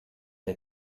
der